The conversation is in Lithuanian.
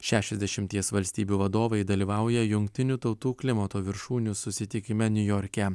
šešiasdešimties valstybių vadovai dalyvauja jungtinių tautų klimato viršūnių susitikime niujorke